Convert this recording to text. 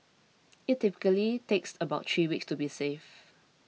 it typically takes about three weeks to be safe